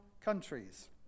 countries